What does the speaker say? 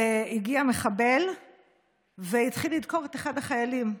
הגיע מחבל והתחיל לדקור את אחד החיילים.